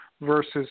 versus